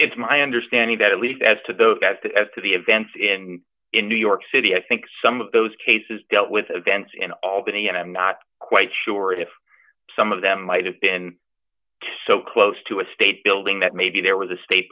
it's my understanding that at least as to those guys that as to the events in in new york city i think some of those cases dealt with events in albany and i'm not quite sure if some of them might have been so close to a state building that maybe there was a state